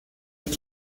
est